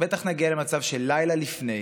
בטח נגיע למצב שלילה לפני,